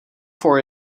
for